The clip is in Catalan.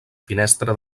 finestra